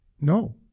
No